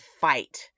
fight